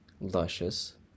luscious